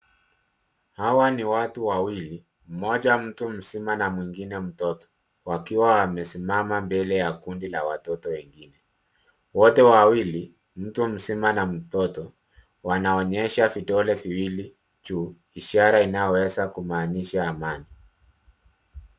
Hawa ni watu wawili. Mmoja mtu mzima na mwingine mtoto wakiwa wamesimama mbele ya kundi la watoto wengine. Wote wawili, mtu mzima na mtoto, wanaonesha vidole viwili juu ishara inayoweza kumaanisha amani.